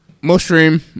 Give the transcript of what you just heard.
Mushroom